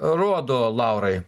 rodo laurai